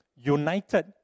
united